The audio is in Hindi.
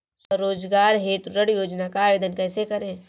स्वरोजगार हेतु ऋण योजना का आवेदन कैसे करें?